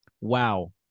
Wow